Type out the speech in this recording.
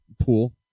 pool